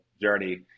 Journey